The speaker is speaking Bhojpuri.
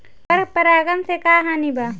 पर परागण से का हानि बा?